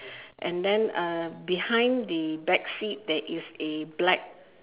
and then uh behind the back seat there is a black